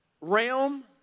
realm